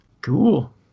Cool